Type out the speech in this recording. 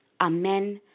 Amen